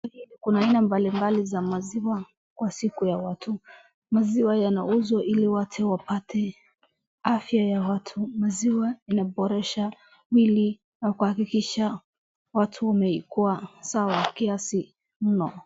Kuna aina mbalimbali za maziwa kwa siku ya watu. Maziwa yanauzwa ili watu wapate afya ya watu. Maziwa inaboresha mwili na kuhakikisha watu wamekuwa sawa kiasi mno.